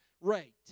rate